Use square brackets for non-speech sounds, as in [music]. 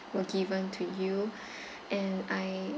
were given to you [breath] and I